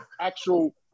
actual –